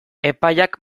epaiak